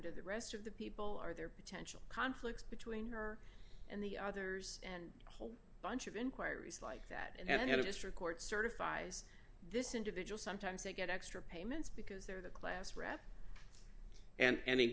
to the rest of the people are there potential conflicts between her and the others and a whole bunch of inquiries like that and a district court certifies this individual sometimes they get extra payments because they're the class rep and